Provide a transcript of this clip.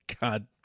God